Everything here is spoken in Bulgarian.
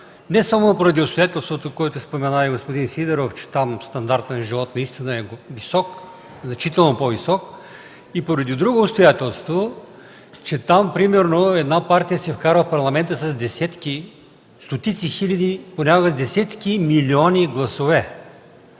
не само поради обстоятелството, което спомена и господин Сидеров, че там стандартът на живот наистина е висок, значително по-висок, а и поради друго обстоятелство, че там, примерно, една партия се вкарва в Парламента с десетки, стотици хиляди, понякога десетки милиони гласове.